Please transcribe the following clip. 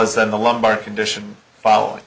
as then the lumbar condition following